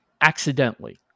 accidentally